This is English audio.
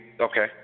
okay